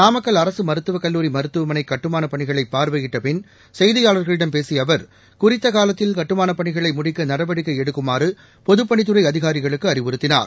நாமக்கல் அரசு மருத்துவக் கல்லூரி மருத்துவமனை கட்டுமானப் பணிகளை பார்வையிட்ட பின் செய்தியாளர்களிடம் பேசிய அவர் குறித்த காலத்தில் கட்டுமானப் பணிகளை முடிக்க நடவடிக்கை எடுக்குமாறு பொதுப்பணித்துறை அதிகாரிகளுக்கு அறிவுறுத்தினார்